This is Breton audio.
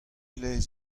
laezh